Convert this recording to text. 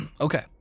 Okay